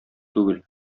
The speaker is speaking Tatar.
түгел